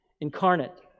incarnate